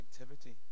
activity